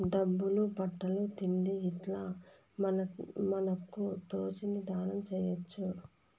డబ్బులు బట్టలు తిండి ఇట్లా మనకు తోచింది దానం చేయొచ్చు